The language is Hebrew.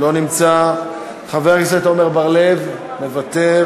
לא נמצא, חבר הכנסת עמר בר-לב, מוותר.